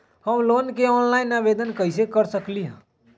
हम लोन के ऑनलाइन आवेदन कईसे दे सकलई ह?